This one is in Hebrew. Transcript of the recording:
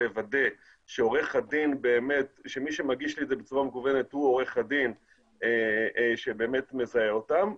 לוודא שמי שמגיש לי את זה בצורה מקוונת הוא עורך הדין שמזהה אותם.